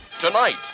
Tonight